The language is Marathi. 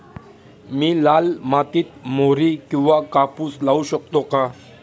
मी लाल मातीत मोहरी किंवा कापूस लावू शकतो का?